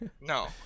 no